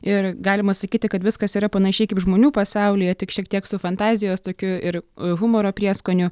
ir galima sakyti kad viskas yra panašiai kaip žmonių pasaulyje tik šiek tiek su fantazijos tokiu ir humoro prieskoniu